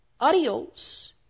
adios